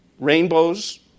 Rainbows